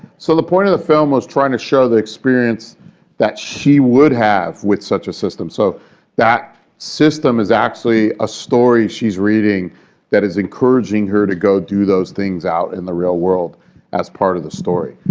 so the point of the film was trying to show the experience that she would have with such a system. so that system is actually a story she's reading that is encouraging her to go do those things out in the real world as part of the story.